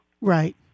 Right